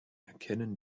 erkennen